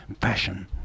fashion